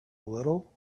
little